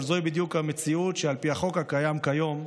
אבל זוהי בדיוק המציאות על פי החוק הקיים כיום,